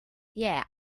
yeah